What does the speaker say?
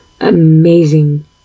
amazing